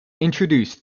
introduced